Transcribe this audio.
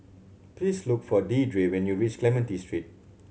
please look for Deidre when you reach Clementi Street